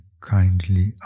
kindly